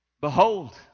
Behold